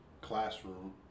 classroom